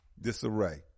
Disarray